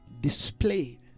display